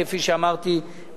כפי שאמרתי,